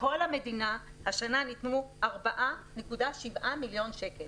לכל המדינה השנה ניתנו 4.7 מיליון שקלים,